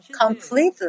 completely